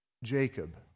jacob